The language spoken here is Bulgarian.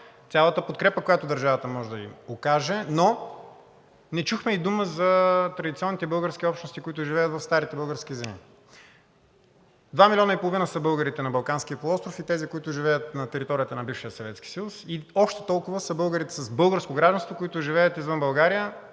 цялата подкрепа, която държавата може да им окаже, но не чухме и дума за традиционните български общности, които живеят в старите български земи. Два милиона и половина са българите на Балканския полуостров и тези, които живеят на територията на бившия Съветски съюз, и още толкова са българите с българско гражданство, които живеят извън България